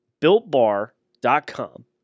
BuiltBar.com